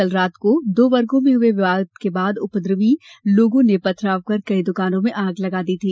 कल रात को दो वर्गो में हुए विवाद के बाद उपद्रवी लोगों ने पथराव कर कई दुकानों में आग लगा दी थी